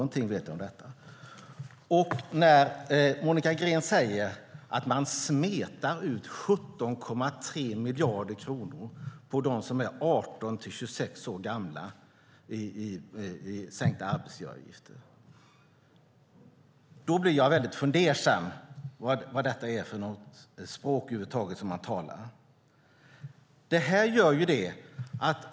När Monica Green säger att man smetar ut 17,3 miljarder kronor på dem som är 18-26 år i sänkta arbetsgivaravgifter blir jag fundersam över vad det är för språk hon talar.